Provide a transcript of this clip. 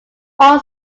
all